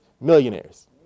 millionaires